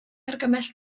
argymell